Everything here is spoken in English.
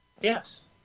Yes